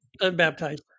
Unbaptized